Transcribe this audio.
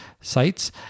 sites